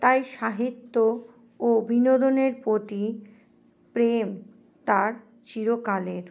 তাই সাহিত্য ও বিনোদনের প্রতি প্রেম তার চিরকালের